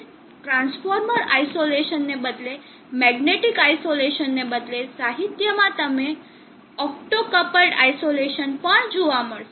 transformer આઇસોલેશનને બદલે magnetic આઇસોલેશનને બદલે સાહિત્યમાં તમને ઓપ્ટોકપ્લ્ડ આઇસોલેશન પણ મળશે